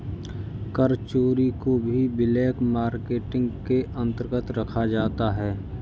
कर चोरी को भी ब्लैक मार्केटिंग के अंतर्गत रखा जाता है